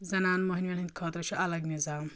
زَنان مٔہنون ہندۍ خٲطرٕ چھُ الگ نظام